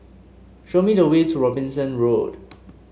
show me the way to Robinson Road